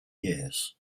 years